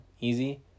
easy